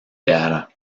data